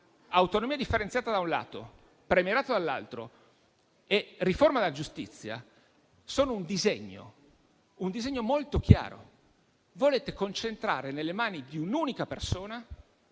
Autonomia differenziata, da un lato, premierato, dall'altro, e riforma della giustizia costituiscono un disegno molto chiaro: volete concentrare il potere nelle mani di un'unica persona,